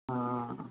ও